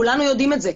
כולנו יודעים את זה.